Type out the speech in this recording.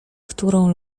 którą